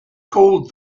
called